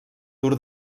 tour